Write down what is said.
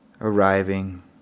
arriving